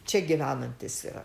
čia gyvenantis yra